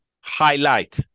highlight